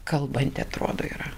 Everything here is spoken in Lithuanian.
kalbanti atrodo yra